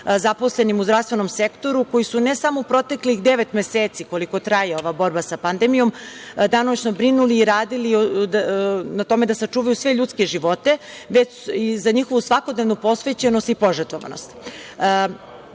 zaposlenim u zdravstvenom sektoru koji su ne samo u proteklih devet meseci, koliko traje ova borba sa pandemijom, danonoćno brinuli i radili na tome da sačuvaju sve ljudske živote, već i za njihovu svakodnevnu posvećenost i požrtvovanost.I